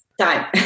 time